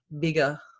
bigger